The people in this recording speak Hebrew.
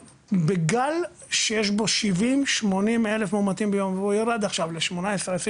בגל שיש בו 70-80 מאומתים ביום והוא ירד עכשיו ל-18-20,